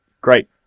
great